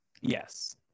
Yes